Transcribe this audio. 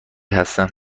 هستم